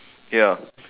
ya